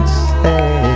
say